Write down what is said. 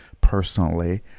personally